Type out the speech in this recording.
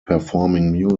performing